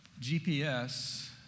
GPS